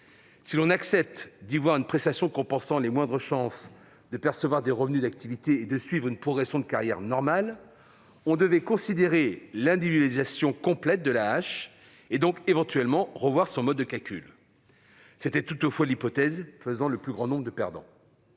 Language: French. Si l'on accepte d'y voir une prestation compensant les moindres chances de percevoir des revenus d'activité et de suivre une progression de carrière normale, on devrait considérer l'individualisation complète de l'AAH, et donc revoir son mode de calcul. C'était toutefois l'hypothèse faisant le plus grand nombre de perdants.